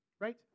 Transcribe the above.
right